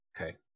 Okay